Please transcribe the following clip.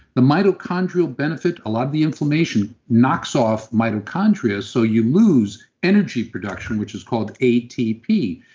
the mitochondrial benefit, a lot of the inflammation knocks off mitochondria, so you lose energy production which is called atp.